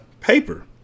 paper